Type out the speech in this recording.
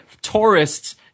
Tourists